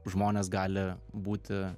žmonės gali būti